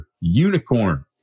unicorn